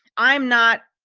i'm not,